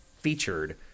featured